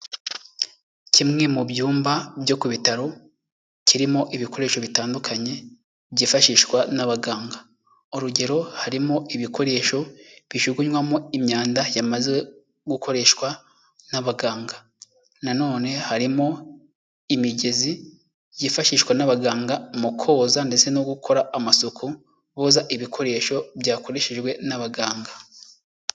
Kimwe mu byumba byo ku bitaro, kirimo ibikoresho bitandukanye byifashishwa n'abaganga, urugero harimo ibikoresho bijugunywamo imyanda yamaze gukoreshwa n'abaganga, nanone harimo imigezi yifashishwa n'abaganga mu koza ndetse no gukora amasuku, boza ibikoresho byakoreshejwe n'abaganga.